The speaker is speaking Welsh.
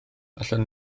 allwn